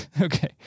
Okay